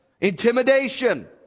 intimidation